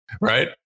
Right